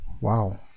Wow